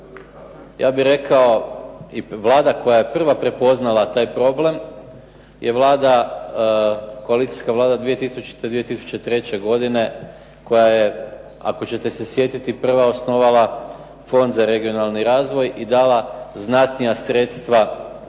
ja bih rekao i Vlada koja je prva prepoznala taj problem je Vlada, koalicijska Vlada 2000., 2003. godine koja je ako ćete se sjetiti prva osnovala Fond za regionalni razvoj i dala znatnija sredstva